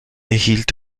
erhielt